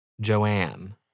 Joanne